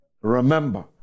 Remember